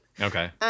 Okay